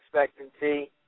expectancy